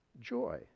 joy